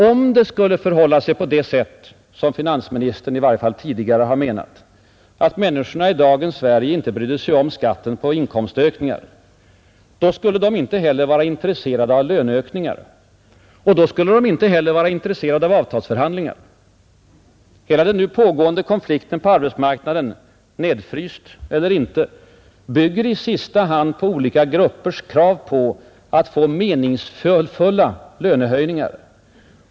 Om det skulle förhålla sig på det sätt som finansministern i varje fall tidigare har menat, att människorna i dagens Sverige inte brydde sig om skatten på inkomstökningar, då skulle de inte heller vara intresserade av löneökningar. Och då skulle de inte heller vara intresserade av avtalsförhandlingar. Hela den nu pågående konflikten på arbetsmarknaden — nedfryst eller inte — bygger i sista hand på olika gruppers krav på att få meningsfulla lönehöjningar.